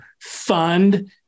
fund